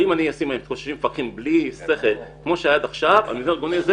אם אני אשים פקחים בלי שכל כמו שהיה עד עכשיו זה ייכשל,